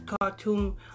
cartoon